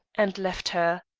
and left her.